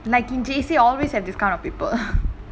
like in J_C always have this kind of people